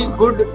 good